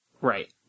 Right